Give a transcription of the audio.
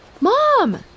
Mom